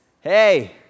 hey